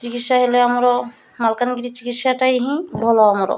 ଚିକିତ୍ସା ହେଲେ ଆମର ମାଲକାନଗିରି ଚିକିତ୍ସାଟା ହିଁ ଭଲ ଆମର